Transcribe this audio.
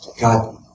God